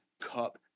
cup